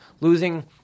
losing